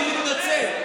אני מתנצל,